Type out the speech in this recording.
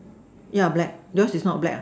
yeah black yours is not black ah